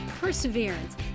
perseverance